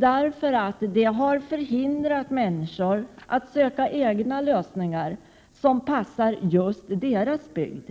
Det har hindrat människor att söka de lösningar som passar just deras bygd.